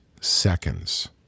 seconds